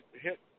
hit